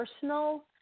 personal